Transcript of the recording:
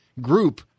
group